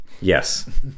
Yes